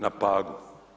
Na Pagu.